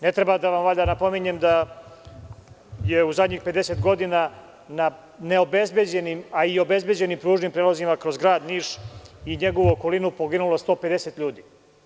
Ne treba valjda da vam napominjem da je u zadnjih pedeset godina na neobezbeđenim, a i obezbeđenim pružnim prelazima kroz Grad Niš i njegovu okolinu poginulo 150 ljudi?